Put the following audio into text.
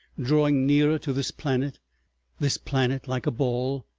drawing nearer to this planet this planet like a ball,